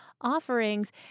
Offerings